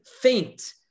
faint